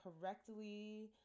correctly